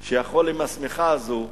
צעיר שיכול עם השמיכה הזו,